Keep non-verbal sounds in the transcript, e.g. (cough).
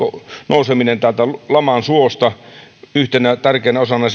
nousemisessa laman suosta yhtenä tärkeänä osana (unintelligible)